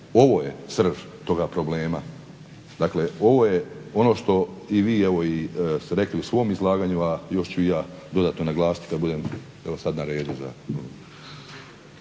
ovo je srž toga problema. Dakle, ovo je ono što i vi evo ste rekli u svom izlaganju, a još ću i ja dodatno naglasiti kada budemo evo sada na redu.